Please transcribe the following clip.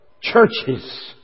churches